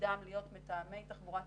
שתפקידם להיות מתאמי תחבורה ציבורית,